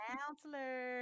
Counselor